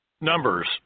Numbers